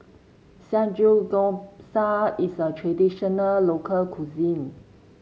Samgeyopsal is a traditional local cuisine